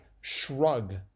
shrug